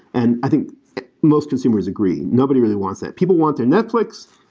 and i think most consumers agree. nobody really wants that. people want their netflix.